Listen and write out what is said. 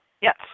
Yes